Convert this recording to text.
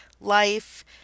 life